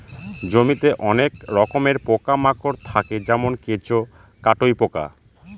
জমিতে অনেক রকমের পোকা মাকড় থাকে যেমন কেঁচো, কাটুই পোকা